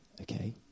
okay